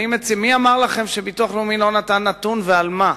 מי אמר לכם שביטוח לאומי לא נתן נתון ועל מה,